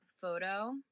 photo